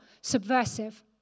subversive